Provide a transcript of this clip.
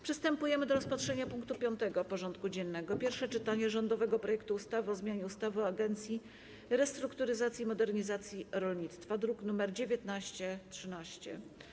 Przystępujemy do rozpatrzenia punktu 5. porządku dziennego: Pierwsze czytanie rządowego projektu ustawy o zmianie ustawy o Agencji Restrukturyzacji i Modernizacji Rolnictwa (druk nr 1913)